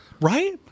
Right